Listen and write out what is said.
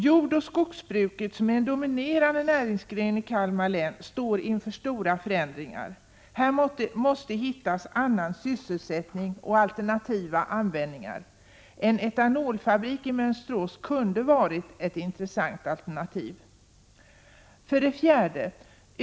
Jordoch skogsbruket, som är en dominerande näringsgren i Kalmar län, står inför stora förändringar. Här måste hittas annan sysselsättning och alternativa användningar. En etanolfabrik i Mönsterås kunde ha varit ett intressant alternativ. 4.